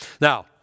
Now